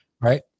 right